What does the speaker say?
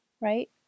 right